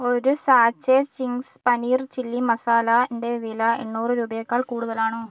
ഒരു sachet Ching's paneer chilli masala ന്റെ വില എണ്ണൂറ് രൂപയേക്കാൾ കൂടുതലാണോ